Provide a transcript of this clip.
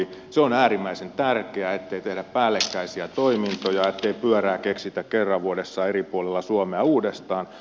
se on äärimmäisen tärkeää ettei tehdä päällekkäisiä toimintoja ettei pyörää keksitä kerran vuodessa eri puolilla suomea uudestaan